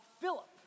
Philip